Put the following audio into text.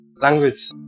language